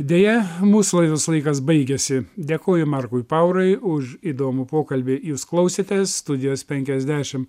deja mūsų laidos laikas baigėsi dėkoju markui paurai už įdomų pokalbį jūs klausėtės studijos penkiasdešimt